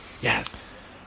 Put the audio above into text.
Yes